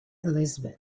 elizabeth